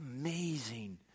amazing